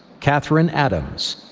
katherine adams.